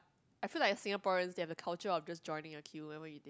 I feel like Singaporean they have the culture of just joining a queue whenever you